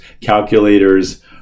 calculators